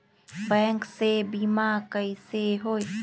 Bank से बिमा कईसे होई?